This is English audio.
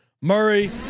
Murray